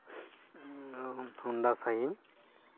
Honda shine